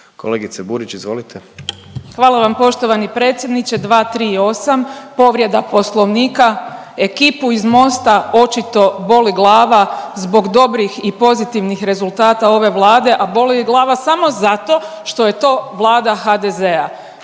izvolite. **Burić, Majda (HDZ)** Hvala vam poštovani predsjedniče. 238., povrijeda poslovnika, ekipu iz Mosta očito boli glava zbog dobrih i pozitivnih rezultata ove Vlade, a boli ih glava samo zato što je to Vlada HDZ-a.